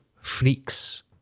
freaks